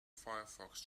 firefox